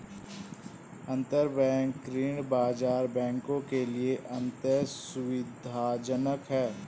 अंतरबैंक ऋण बाजार बैंकों के लिए अत्यंत सुविधाजनक है